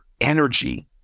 energy